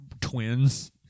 twins